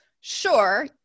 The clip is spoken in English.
sure